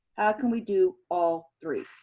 can we do all three?